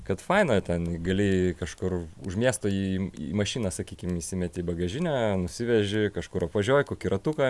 kad faina ten gali kažkur už miesto į mašiną sakykim įsimeti į bagažinę nusiveži kažkur apvažiuoji kokį ratuką